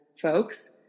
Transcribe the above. folks